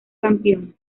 campeón